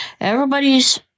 everybody's